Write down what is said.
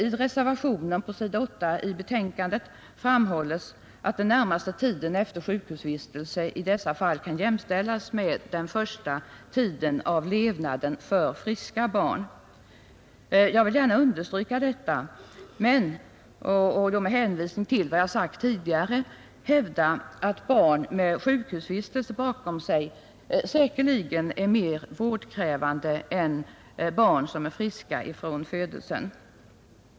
I reservationen — s. 8 i utskottsbetänkandet — framhålles att den närmaste tiden efter sjukhusvistelse i dessa fall kan jämställas med den första tiden av levnaden för friska barn. Jag vill gärna understryka detta men med hänvisning till vad jag sagt tidigare hävda att barn med sjukhusvistelse bakom sig säkerligen är mer vårdkrävande än från födelsen friska barn.